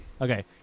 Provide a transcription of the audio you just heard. Okay